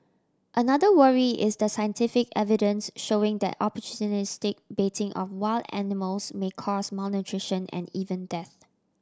another worry is the scientific evidence showing that opportunistic baiting of wild animals may cause malnutrition and even death